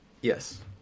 yes